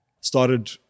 started